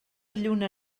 lluna